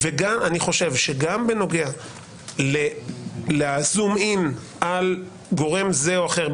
אני חושב שגם בנוגע לזום אין על גורם זה או אחר,